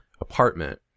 apartment